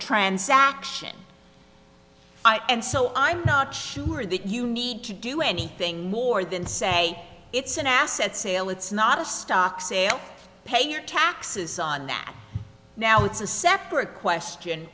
transaction and so i'm not sure that you need to do anything more than say it's an asset sale it's not a stock sale paying your taxes on that now it's a separate question